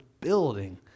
building